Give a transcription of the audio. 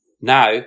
now